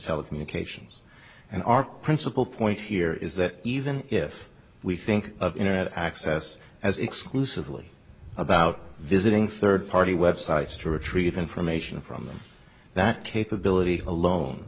telecommunications and our principle point here is that even if we think of internet access as exclusively about visiting third party websites to retrieve information from them that capability alone